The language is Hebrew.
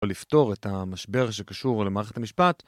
או לפתור את המשבר שקשור למערכת המשפט.